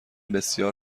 بسیار